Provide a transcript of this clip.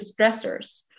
stressors